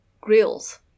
grills